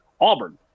Auburn